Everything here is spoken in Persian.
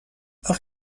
آخه